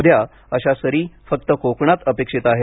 उद्या अशा सारी फक्त कोकणात अपेक्षित आहेत